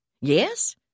Yes